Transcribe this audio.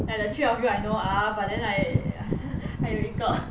like the three of you I know ah but then I 还有一个